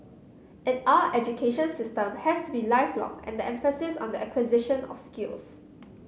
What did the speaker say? and our education system has to be lifelong and the emphasis on the acquisition of skills